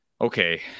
Okay